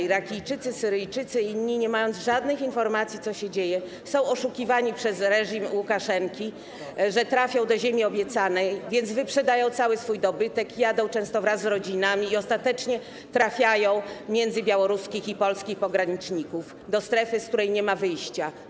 Irakijczycy, Syryjczycy i inni, nie mając żadnych informacji, co się dzieje, są oszukiwani przez reżim Łukaszenki, że trafią do ziemi obiecanej, więc wyprzedają cały swój dobytek, jadą często wraz z rodzinami i ostatecznie trafiają między białoruskich i polskich pograniczników, do strefy, z której nie ma wyjścia.